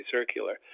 circular